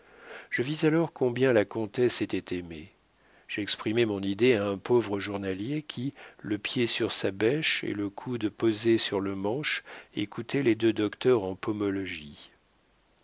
je vis alors combien la comtesse était aimée j'exprimai mon idée à un pauvre journalier qui le pied sur sa bêche et le coude posé sur le manche écoutait les deux docteurs en